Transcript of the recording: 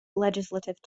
legislative